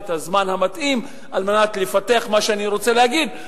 הזמן המתאים על מנת לפתח את מה שאני רוצה להגיד,